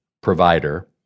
provider